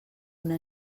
una